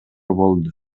болду